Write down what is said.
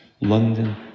London